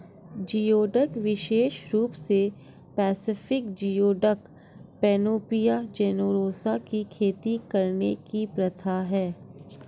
geoduck विशेष रूप से पैसिफिक जियोडक, पैनोपिया जेनेरोसा की खेती करने की प्रथा है